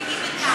הזמן.